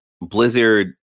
blizzard